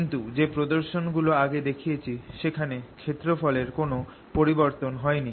কিন্তু যে প্রদর্শন গুলো আগে দেখিয়েছি সেখানে ক্ষেত্রফল এর কোন পরিবর্তন হয় নি